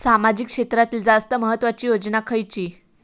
सामाजिक क्षेत्रांतील जास्त महत्त्वाची योजना खयची?